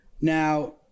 Now